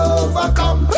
overcome